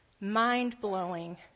Mind-blowing